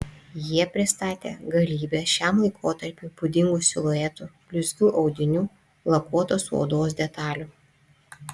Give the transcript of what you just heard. jie pristatė galybę šiam laikotarpiui būdingų siluetų blizgių audinių lakuotos odos detalių